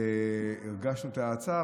והרגשנו את ההאצה.